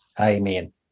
Amen